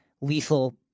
lethal